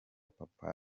papa